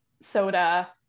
soda